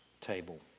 table